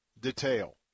detail